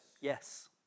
Yes